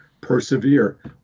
persevere